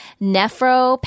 nephro